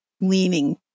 leaning